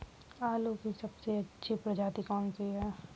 आलू की सबसे अच्छी प्रजाति कौन सी है?